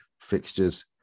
fixtures